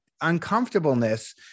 uncomfortableness